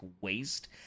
waste